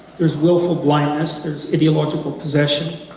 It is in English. there's willful blindness, there's ideological possession,